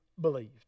believed